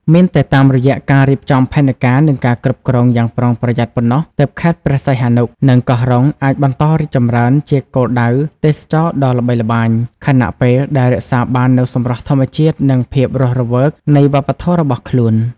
មានតែតាមរយៈការរៀបចំផែនការ និងការគ្រប់គ្រងយ៉ាងប្រុងប្រយ័ត្នប៉ុណ្ណោះ ទើបខេត្តព្រះសីហនុ និងកោះរ៉ុងអាចបន្តរីកចម្រើនជាគោលដៅទេសចរណ៍ដ៏ល្បីល្បាញ ខណៈពេលដែលរក្សាបាននូវសម្រស់ធម្មជាតិ និងភាពរស់រវើកនៃវប្បធម៌របស់ខ្លួន។